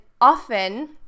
often